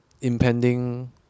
impending